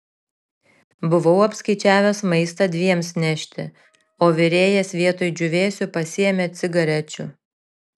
buvau apskaičiavęs maistą dviems nešti o virėjas vietoj džiūvėsių pasiėmė cigarečių